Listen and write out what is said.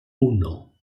uno